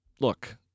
look